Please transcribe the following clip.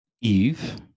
Eve